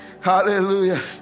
Hallelujah